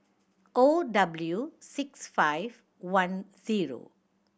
O W six five I zero